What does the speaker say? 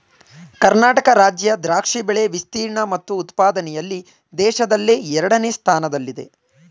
ಕರ್ನಾಟಕ ರಾಜ್ಯ ದ್ರಾಕ್ಷಿ ಬೆಳೆ ವಿಸ್ತೀರ್ಣ ಮತ್ತು ಉತ್ಪಾದನೆಯಲ್ಲಿ ದೇಶದಲ್ಲೇ ಎರಡನೇ ಸ್ಥಾನದಲ್ಲಿದೆ